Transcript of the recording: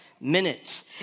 minutes